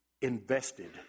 invested